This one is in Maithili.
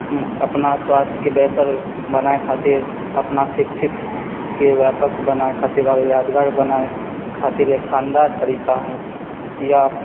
अपना स्वास्थके बेहतर बनाय खातिर अपना शिक्षितके व्यापक बनाय खातिर आओर यादगार बनाय खातिर एक शानदार तरीका हय या